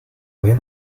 abel